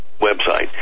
website